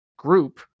group